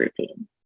routine